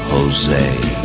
Jose